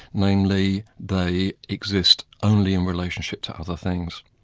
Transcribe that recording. namely they exist only in relationship to other things.